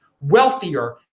wealthier